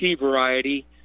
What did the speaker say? variety